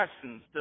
questions